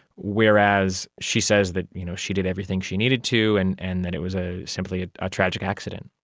whereas she says that you know she did everything she needed to and and that it was ah simply a tragic accident.